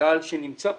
הקהל שנמצא כאן,